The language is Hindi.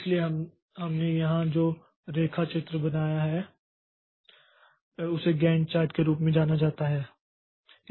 इसलिए हमने यहां जो रेखा चित्र बनाया है उसे गैंट चार्ट के रूप में जाना जाता है